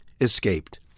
escaped